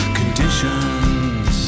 conditions